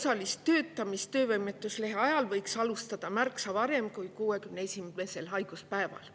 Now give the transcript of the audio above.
osalist töötamist töövõimetuslehe ajal võiks alustada märksa varem kui 61. haiguspäeval.